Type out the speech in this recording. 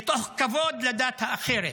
מתוך כבוד לדת אחרת,